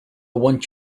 want